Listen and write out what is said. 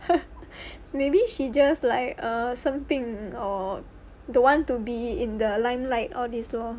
maybe she just like err 生病 or don't want to be in the limelight all this lor